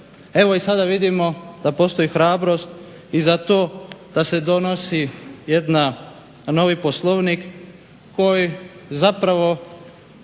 Evo i sada vidimo da postoji hrabrost i za to da se donosi jedan novi Poslovnik koji zapravo